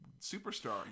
superstar